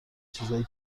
چیزای